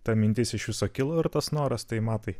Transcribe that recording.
ta mintis iš viso kilo ir tas noras tai matai